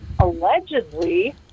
allegedly